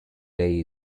lay